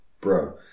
bro